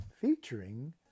featuring